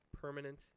permanent